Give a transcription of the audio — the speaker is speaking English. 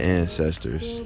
ancestors